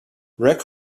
rec